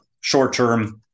short-term